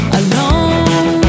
alone